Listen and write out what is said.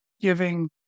giving